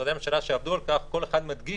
ומשרדי הממשלה שעבדו על כך, כל אחד מדגיש